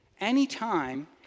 Anytime